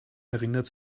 erinnert